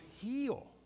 heal